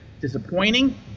disappointing